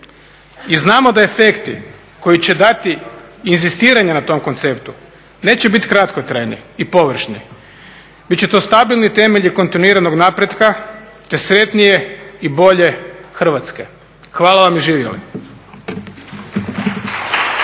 I znamo da efekti koji će dati inzistiranja na tom konceptu neće biti kratkotrajni i površni. Bit će to stabilni temelji kontinuiranog napretka, te sretnije i bolje Hrvatske. Hvala vam i živjeli!